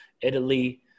Italy